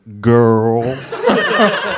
girl